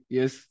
yes